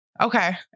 Okay